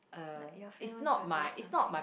like your friend want to do something